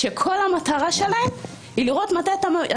כשאני מדבר על זה את אומרת לי בושה